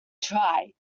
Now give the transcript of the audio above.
try